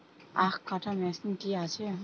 আখ কাটা মেশিন কি আছে?